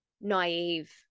naive